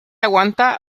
aguanta